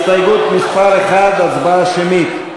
הסתייגות מס' 1, הצבעה שמית.